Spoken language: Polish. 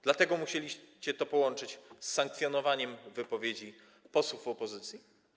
Dlatego musieliście to połączyć z sankcjonowaniem wypowiedzi posłów opozycji?